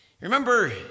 Remember